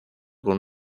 con